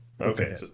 okay